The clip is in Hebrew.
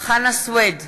חנא סוייד,